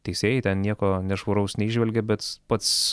teisėjai ten nieko nešvaraus neįžvelgė bets pats